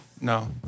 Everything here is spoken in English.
No